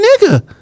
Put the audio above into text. nigga